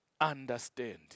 understand